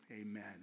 amen